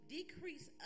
Decrease